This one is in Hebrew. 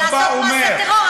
אם אין כוונה לעשות מעשה טרור,